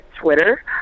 Twitter